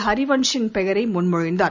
ஹரிவன்ஷின் பெயரை முன் மொழிந்தரர்